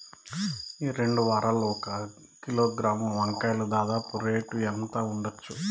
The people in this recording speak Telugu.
ఈ రెండు వారాల్లో ఒక కిలోగ్రాము వంకాయలు దాదాపు రేటు ఎంత ఉండచ్చు?